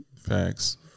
Facts